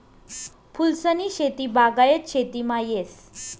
फूलसनी शेती बागायत शेतीमा येस